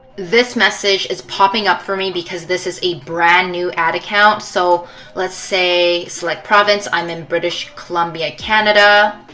this message is popping up for me because this is a brand new ad account. so let's say, select province. i am in british columbia, canada.